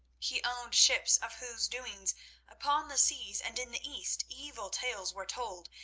he owned ships of whose doings upon the seas and in the east evil tales were told,